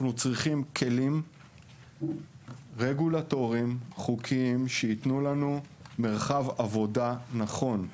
אנחנו צריכים כלים רגולטוריים חוקיים שייתנו לנו מרחב עבודה נכון.